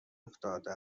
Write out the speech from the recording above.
افتاده